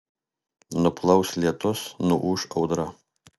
nuplaus lietus nuūš audra